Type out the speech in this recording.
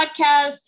podcast